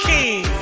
King